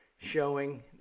showing